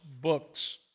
books